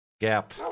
gap